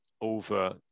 over